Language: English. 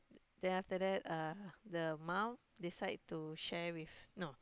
then after that uh the mum decide to share with no